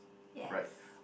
yes